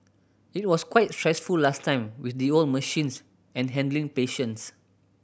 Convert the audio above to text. it was quite stressful last time with the old machines and handling patients